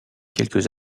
quelques